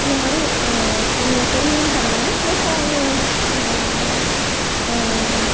இந்த மாதிரி இங்கே சொல்லியும் தராங்க ப்ளஸ்ஸு அவங்க இங்கே என்ன